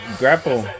grapple